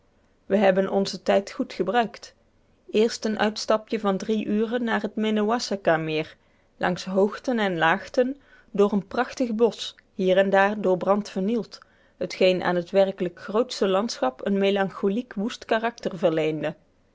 we hebben onzen tijd goed gebruikt eerst een uitstapje van drie uren naar het minnewasaka meer langs hoogten en laagten door een prachtig bosch hier en daar door brand vernield t geen aan het werkelijk grootsche landschap een melankoliek woest karakter verleende